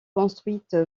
construite